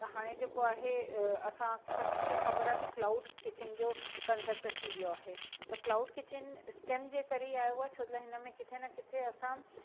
हाणे जेको आहे असां सभिनिनि खे ख़बर आहे कि क्लाऊड किचिन जो कंसेप्ट अची वियो आहे त क्लाऊड किचिन स्टेम जे करे ई आयो आहे छो लाइ हिन में किथे न किथे असां